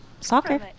soccer